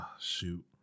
shoot